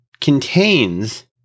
contains